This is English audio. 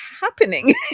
happening